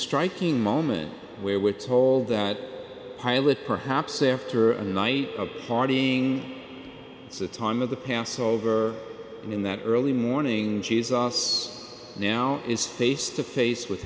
striking moment where we're told that pilot perhaps after a night of partying it's a time of the passover and in that early morning g s us now is face to face with